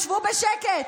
שבו בשקט.